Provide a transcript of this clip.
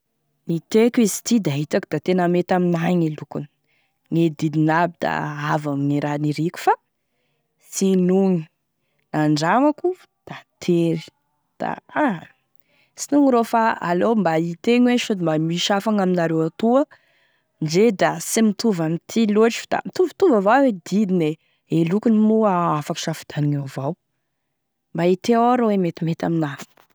Hiteko izy ity da itako da tena mety amina gne lokony, gne didiny aby da avy ame raha niriko, fa tsy nogny, nandramako da tery da ha sy nogny ro fa aleo da itegny hoe sody mba misy hafa gn'aminareo atoa ndre da sy mitovy amin'ity loatry fa da mitovitovy avao e didiny e, e lokony moa afaky isafidianina avao, mba iteo ao rô e metimety amina.